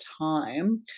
time